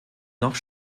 noch